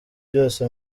byose